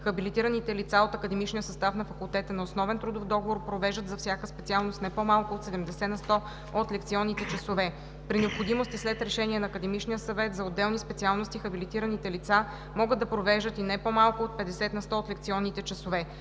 Хабилитираните лица от академичния състав на факултета на основен трудов договор провеждат за всяка специалност не по-малко от 70 на сто от лекционните часове. При необходимост и след решение на академичния съвет за отделни специалности хабилитираните лица могат да провеждат и не по-малко от 50 на сто от лекционните часове.